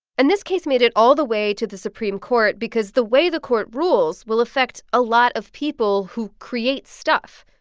and this case made it all the way to the supreme court because the way the court rules will affect a lot of people who create stuff.